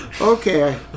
Okay